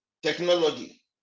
Technology